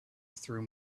through